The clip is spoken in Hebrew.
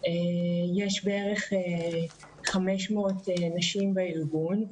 יש בערך 500 נשים בארגון.